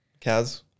Kaz